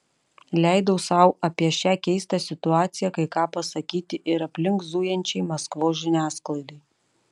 leidau sau apie šią keistą situaciją kai ką pasakyti ir aplink zujančiai maskvos žiniasklaidai